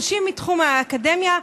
אנשים מתחום האקדמיה,